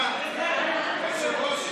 ההצעה